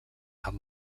amb